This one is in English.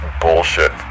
bullshit